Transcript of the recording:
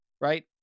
right